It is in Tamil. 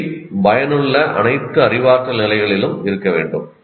கேள்வி பயனுள்ள அனைத்து அறிவாற்றல் நிலைகளிலும் இருக்க வேண்டும்